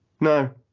No